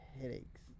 headaches